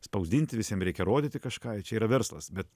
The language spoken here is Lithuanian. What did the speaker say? spausdinti visiem reikia rodyti kažką ir čia yra verslas bet